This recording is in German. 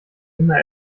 immer